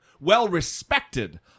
well-respected